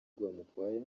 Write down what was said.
rwamukwaya